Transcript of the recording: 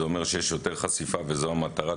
זה אומר שיש יותר חשיפה וזו המטרה.